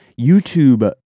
YouTube